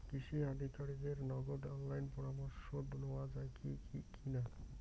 কৃষি আধিকারিকের নগদ অনলাইন পরামর্শ নেওয়া যায় কি না?